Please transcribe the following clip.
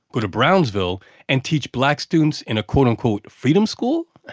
go to brownsville and teach black students in a quote-unquote freedom school.